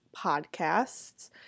podcasts